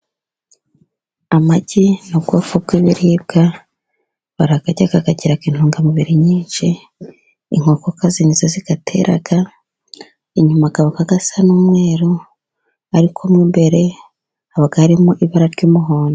Amagi ni ubwoko bw'ibiribwa barayarya agira intungamubiri nyinshi, inkokokazi nizo ziyatera inyuma aba asa n'umweruru mo imbere haba harimo ibara ry'umuhondo.